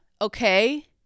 okay